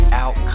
out